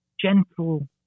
gentle